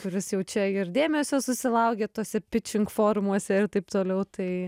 kuris jau čia ir dėmesio susilaukė tuose pitching forumuose ir taip toliau tai